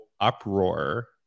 uproar